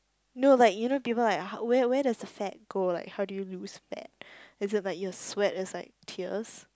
no like you know people like how where where does the fat go like how do you lose fat is it like your sweat is like tears